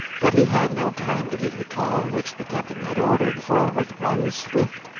but he had no time to give the call which the captain had ordered, for with one swift,